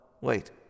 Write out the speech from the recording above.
wait